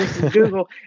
Google